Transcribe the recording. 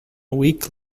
week